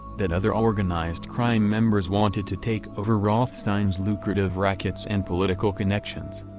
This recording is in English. that other organized crime members wanted to take over rothstein's lucrative rackets and political connections.